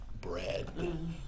bread